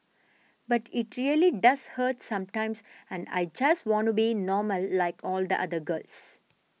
but it really does hurt sometimes and I just wanna be normal like all the other girls